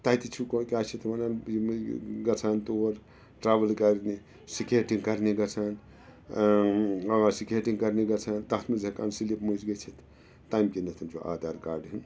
تَتہِ چھُ کیٛاہ چھِ اَتھ وَنان یِم گژھان تور ٹرٛاوٕل کَرنہِ سِکیٹِنٛگ کَرنہِ گژھان سِکیٹِنٛگ کَرنہِ گژھان تَتھ منٛز ہٮ۪کان سِلِپ مٔجۍ گٔژھِتھ تَمہِ کِنٮ۪تھَن چھُ آدھار کارڈ ہُنٛد